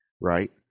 Right